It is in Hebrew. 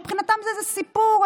מבחינתם זה סיפור,